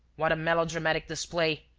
what a melodramatic display!